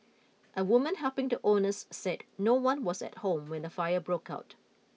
a woman helping the owners said no one was at home when the fire broke out